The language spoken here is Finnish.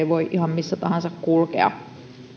voi ihan missä tahansa kulkea